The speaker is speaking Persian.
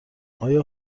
آیا